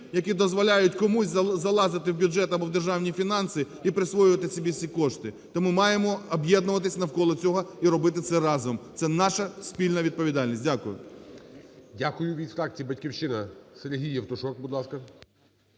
які дозволяють комусь залазити в бюджет або у державні фінанси і присвоювати собі ці кошти. Тому маємо об'єднуватися навколо цього і робити це разом, це наша спільна відповідальність. Дякую. ГОЛОВУЮЧИЙ. Дякую. Від фракції "Батьківщина" Сергій Євтушок, будь ласка.